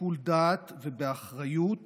בשיקול דעת ובאחריות